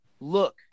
Look